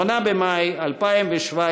8 במאי 2017.